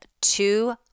two